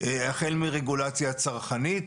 החל מרגולציה צרכנית,